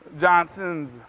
Johnsons